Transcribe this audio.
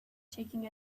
taking